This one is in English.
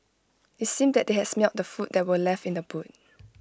IT seemed that they has smelt the food that were left in the boot